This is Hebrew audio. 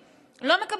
הממשלתיות.